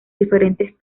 diferentes